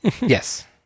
Yes